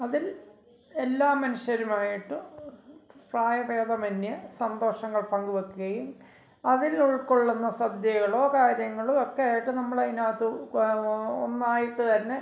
അതിൽ എല്ലാ മനുഷ്യരുമായിട്ട് പ്രായഭേദമന്യേ സന്തോഷങ്ങൾ പങ്ക് വെക്കുകയും അതിലുൾക്കൊള്ളുന്ന സദ്യകളോ കാര്യങ്ങളുമൊക്കെ ആയിട്ട് നമ്മളതിനകത്ത് ഒന്നായിട്ട് തന്നെ